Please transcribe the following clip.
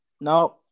no